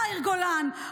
יאיר גולן,